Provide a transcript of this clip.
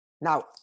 Now